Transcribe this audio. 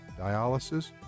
dialysis